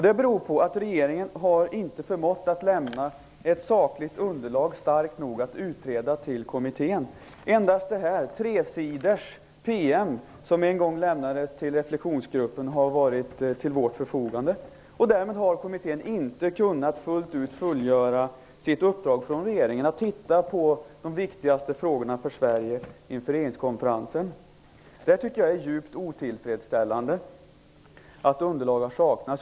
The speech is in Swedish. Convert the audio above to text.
Det beror på att regeringen inte har förmått att lämna ett sakligt underlag som är starkt nog att utreda till kommittén. Endast en tresidig PM, som en gång lämnades till Reflexionsgruppen, har stått till dess förfogande. Därmed har kommittén inte kunnat fullgöra sitt uppdrag från regeringen fullt ut: att titta på de viktigaste frågorna för Sverige inför regeringskonferensen. Jag tycker att det är djupt otillfredsställande att underlag har saknats.